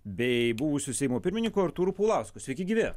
bei buvusiu seimo pirmininku artūru paulausku sveiki gyvi